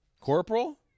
corporal